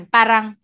Parang